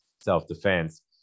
self-defense